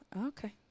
Okay